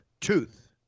Tooth